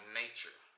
nature